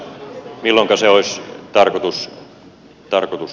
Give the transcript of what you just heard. siitä voisi olla ihan hyötyäkin